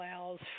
allows